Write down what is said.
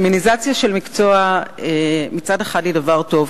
פמיניזציה של מקצוע מצד אחד היא דבר טוב,